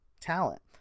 talent